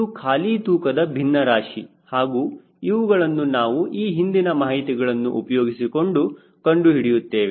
ಇದು ಖಾಲಿ ತೂಕದ ಭಿನ್ನರಾಶಿ ಹಾಗೂ ಇವುಗಳನ್ನು ನಾವು ಈ ಹಿಂದಿನ ಮಾಹಿತಿಗಳನ್ನು ಉಪಯೋಗಿಸಿಕೊಂಡು ಕಂಡು ಹಿಡಿಯುತ್ತೇವೆ